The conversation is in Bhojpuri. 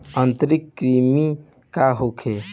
आंतरिक कृमि का होखे?